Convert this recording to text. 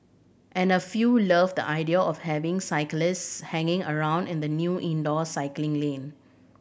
and a few loved the idea of having cyclists hanging around in the new indoor cycling lane